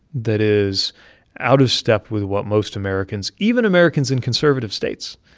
that is out of step with what most americans, even americans in conservative states,